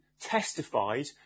testified